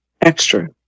extra